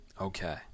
Okay